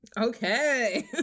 Okay